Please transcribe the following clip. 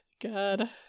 God